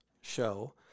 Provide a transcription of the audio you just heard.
show